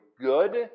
good